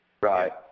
Right